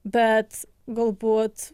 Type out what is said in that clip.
bet galbūt